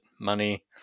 money